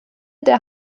der